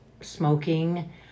smoking